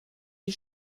die